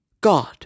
God